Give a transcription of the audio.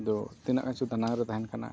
ᱫᱚ ᱛᱤᱱᱟᱹᱜ ᱜᱟᱱ ᱪᱚ ᱫᱟᱱᱟᱝᱨᱮ ᱛᱟᱦᱮᱱ ᱠᱟᱱᱟ